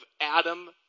Adam